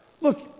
look